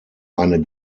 eine